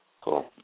cool